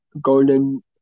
Golden